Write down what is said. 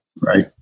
right